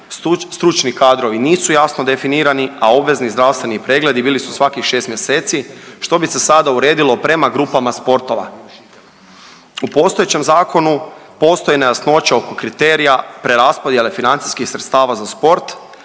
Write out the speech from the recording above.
stručni kadrovi nisu jasno definirani, a obvezni zdravstveni pregledi bili su svakih 6 mjeseci što bi se sada uredilo prema grupama sportova. U postojećem zakonu postoji nejasnoća oko kriterija preraspodjele financijskih sredstava za sport,